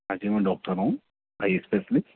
ہاں جی میں ڈاکٹر ہوں اسپیشلسٹ